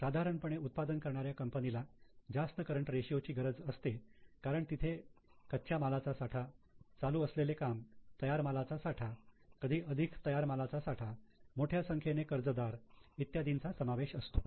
साधारणपणे उत्पादन करणाऱ्या कंपनीला जास्त करंट रेशियो ची गरज असते कारण तिथे कच्च्या मालाचा साठा चालू असलेले काम तयार मालाचा साठा कधी अधिक तयार मालाचा साठा मोठ्या संख्येने कर्ज दार इत्यादींचा समावेश असतो